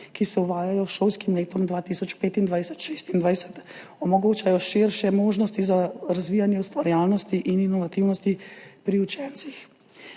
ki se uvajajo s šolskim letom 2025/2026, omogočajo širše možnosti za razvijanje ustvarjalnosti in inovativnosti pri učencih.